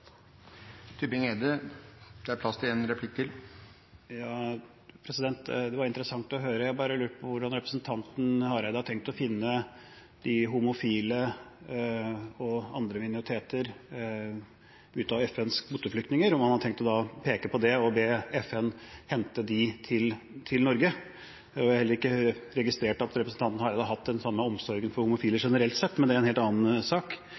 Det var interessant å høre. Jeg bare lurte på hvordan representanten Hareide har tenkt å finne de homofile og andre minoriteter blant FNs kvoteflyktninger, om han har tenkt å peke på dette og be FN hente dem til Norge. Jeg har heller ikke registrert at representanten Hareide har hatt den samme omsorgen for homofile generelt sett, men det er en helt annen sak.